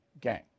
gang